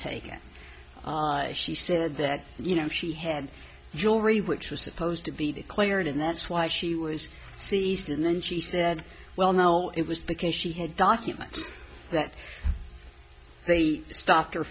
taken she said that you know she had jewelry which was supposed to be declared and that's why she was seized and then she said well no it was because she had documents that they st